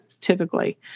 typically